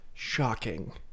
Shocking